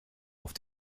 auf